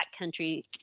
backcountry